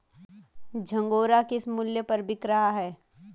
झंगोरा किस मूल्य पर बिक रहा है?